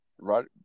right